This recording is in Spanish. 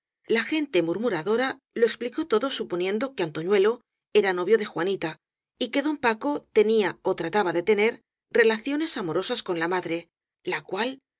la gente murmuradora lo explicó todo suponiendo que antoñuelo era novio de juanita y que don paco tenía ó trataba de tener relaciones amorosas con la ma dre la cual